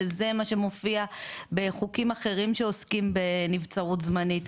שזה מה שמופיע בחוקים אחרים שעוסקים בנבצרות זמנית,